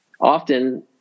often